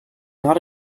not